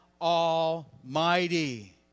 Almighty